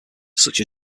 such